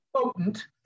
potent